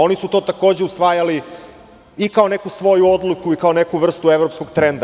Oni su to takođe usvajali i kao neku svoju odluku i kao neku vrstu evropskog trenda.